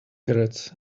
carrots